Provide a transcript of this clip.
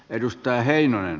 edustaja heinonen